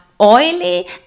oily